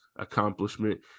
accomplishment